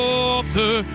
author